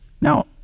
Now